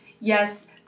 yes